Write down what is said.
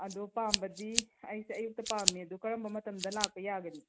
ꯑꯗꯣ ꯄꯥꯝꯕꯗꯤ ꯑꯩꯁꯦ ꯑꯌꯨꯛꯇ ꯄꯥꯝꯃꯦ ꯑꯗꯣ ꯀꯔꯝꯕ ꯃꯇꯝꯗ ꯂꯥꯛꯄ ꯌꯥꯒꯅꯤ